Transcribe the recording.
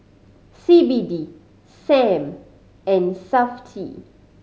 C B D Sam and Safti